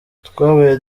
twabaye